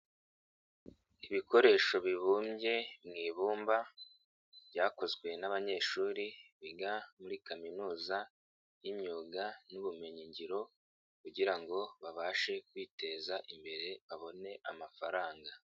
Ibikoresho bibumbye mu ibumba, byakozwe n'abanyeshuri biga muri kaminuza y'imyuga n'ubumenyi ngiro, kugira ngo babashe kwiteza imbere babone amafaranga.